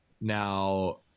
now